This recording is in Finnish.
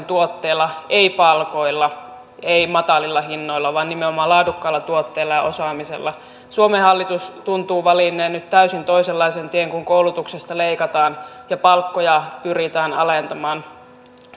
tuotteilla ei palkoilla ei matalilla hinnoilla vaan nimenomaan laadukkailla tuotteilla ja osaamisella suomen hallitus tuntuu valinneen nyt täysin toisenlaisen tien kun koulutuksesta leikataan ja palkkoja pyritään alentamaan